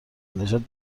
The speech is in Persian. نژاد